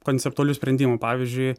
konceptualių sprendimų pavyzdžiui